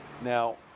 Now